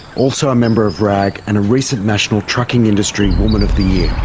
also a member of raag and a recent national trucking industry woman of the